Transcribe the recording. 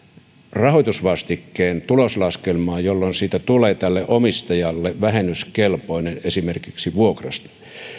rahoitusvastikkeen tuloslaskelmaan jolloin siitä tulee omistajalle vähennyskelpoinen esimerkiksi vuokrasta